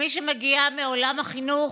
כמי שמגיעה מעולם החינוך,